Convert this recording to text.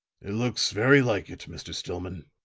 it looks very like it, mr. stillman.